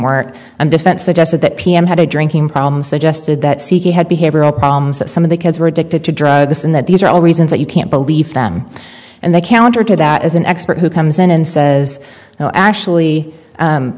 and defense suggested that pm had a drinking problem suggested that seeking had behavioral problems that some of the kids were addicted to drugs and that these are all reasons that you can't believe them and they counter to that as an expert who comes in and says oh actually